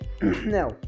now